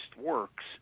works